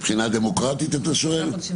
מבחינה דמוקרטית אתה שואל?